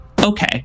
okay